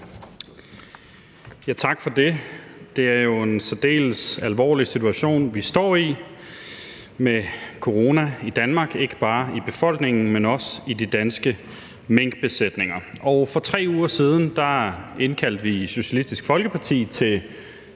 Tak for det. Det er jo en særdeles alvorlig situation, vi står i, med corona i Danmark, ikke bare i befolkningen, men også i de danske minkbesætninger, og for 3 uger siden indkaldte vi i Socialistisk Folkeparti til